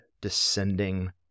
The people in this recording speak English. descending